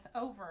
over